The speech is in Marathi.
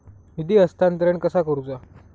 निधी हस्तांतरण कसा करुचा?